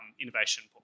innovation